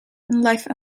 life